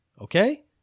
okay